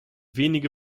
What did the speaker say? wenige